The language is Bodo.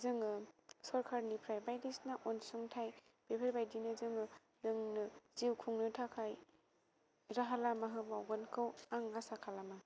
जोङो सरकारनिफ्राय बायदिसना अनसुंथाइ बेफोरबायदिनो जोंनो जिउ खुंनो थाखाय राहा लामा होबावगोनखौ आं आसा खालामो